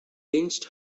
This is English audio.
pinched